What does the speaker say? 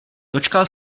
dočkal